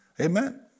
Amen